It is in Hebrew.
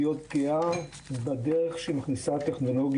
להיות גאה בדרך שהיא מאמצת ומכניסה טכנולוגיות,